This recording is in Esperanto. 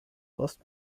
post